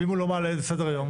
ואם הוא לא מעלה את זה לסדר היום?